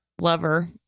lover